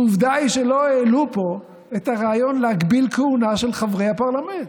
ועובדה היא שלא העלו פה את הרעיון להגביל כהונה של חברי הפרלמנט.